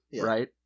right